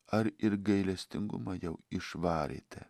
ar ir gailestingumą jau išvarėte